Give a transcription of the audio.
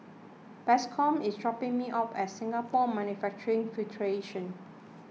Bascom is dropping me off at Singapore Manufacturing Federation